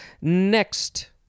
Next